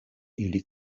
ili